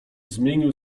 zmienił